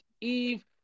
Eve